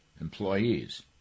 employees